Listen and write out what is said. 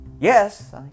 Yes